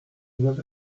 well